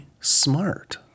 smart